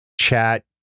chat